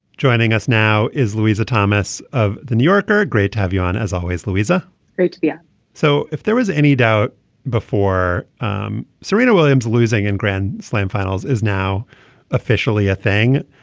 joining us now is louisa thomas of the new yorker. great to have you on as always. louisa great to be here yeah so if there was any doubt before um serena williams losing in grand slam finals is now officially a thing.